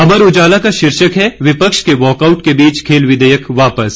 अमर उजाला का शीर्षक है विपक्ष के वाकआउट के बीच खेल विघेयक वापस